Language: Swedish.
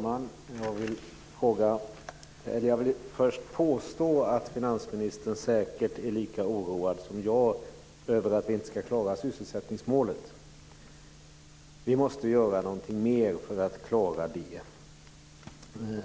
Fru talman! Jag vill först påstå att finansministern säkert är lika oroad som jag för att vi inte ska klara sysselsättningsmålet. Vi måste göra någonting mer för att klara det.